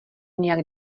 nějak